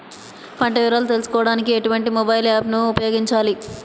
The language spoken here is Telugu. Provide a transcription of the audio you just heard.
పంట వివరాలు తెలుసుకోడానికి ఎటువంటి మొబైల్ యాప్ ను ఉపయోగించాలి?